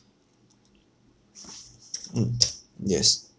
mm yes